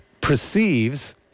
perceives